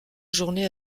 journée